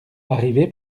arrivé